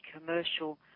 commercial